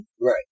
Right